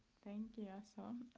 thank you, assel.